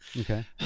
okay